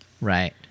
Right